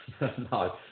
No